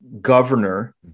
governor